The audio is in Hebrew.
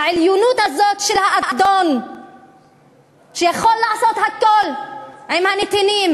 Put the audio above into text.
העליונות הזאת של האדון שיכול לעשות הכול עם הנתינים,